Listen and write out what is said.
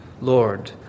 Lord